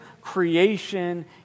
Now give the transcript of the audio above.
creation